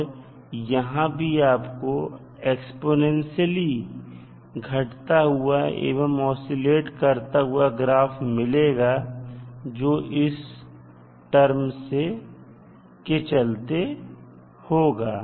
और यहां भी आपको एक्स्पोनेंशियलई घटता हुआ एवं आशीलेट करता हुआ ग्राफ मिलेगा जो इस टर्म चलते होगा